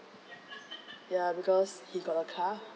ya because he got a car